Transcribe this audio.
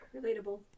relatable